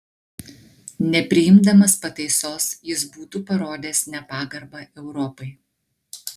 nepriimdamas pataisos jis būtų parodęs nepagarbą europai